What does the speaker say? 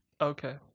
Okay